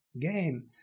game